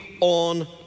on